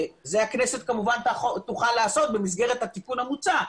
וזה הכנסת כמובן תוכל לעשות במסגרת התיקון המוצע,